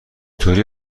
جوری